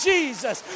Jesus